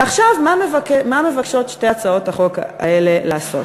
ועכשיו, מה מבקשות שתי הצעות החוק האלה לעשות?